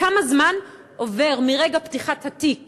כמה זמן עובר מרגע פתיחת התיק